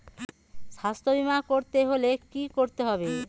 স্বাস্থ্যবীমা করতে হলে কি করতে হবে?